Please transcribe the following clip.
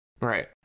right